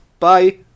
Bye